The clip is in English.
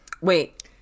Wait